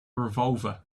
revolver